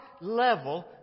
level